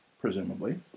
presumably